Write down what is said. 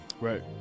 Right